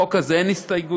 לחוק הזה אין הסתייגויות,